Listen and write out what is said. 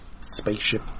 spaceship